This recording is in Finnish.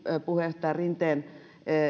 puheenjohtaja rinteen